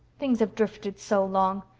things have drifted so long.